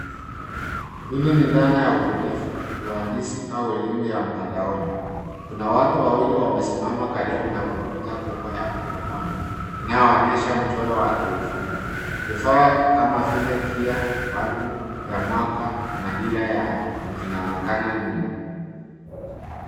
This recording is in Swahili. Hili ni dhana ya ubunifu, uhandisi au elimu ya mtandaoni. Kuna watu wawili wamesimama karibu na kompyuta kubwa ya mkononi inayoonyesha mchoro wa kiufundi. Vifaa kama vile: gia, balbu ya mwaka, na dira vinaonekana nyuma.